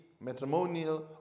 matrimonial